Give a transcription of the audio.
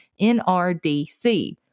NRDC